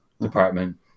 department